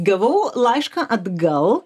gavau laišką atgal